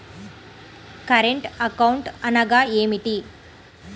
Current account అనగా ఏమిటి?